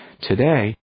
Today